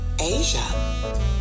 Asia